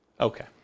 Okay